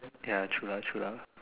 ya true lah true lah